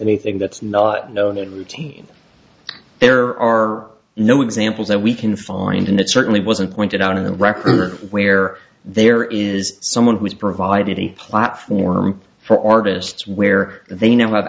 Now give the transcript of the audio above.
anything that's not known in routine there are no examples that we can find and that certainly wasn't pointed out in the record where there is someone who's provided a platform for artists where they now have a